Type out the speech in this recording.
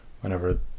whenever